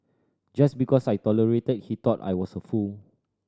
just because I tolerated he thought I was a fool